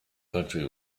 country